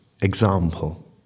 example